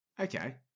Okay